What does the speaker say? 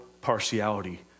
partiality